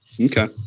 Okay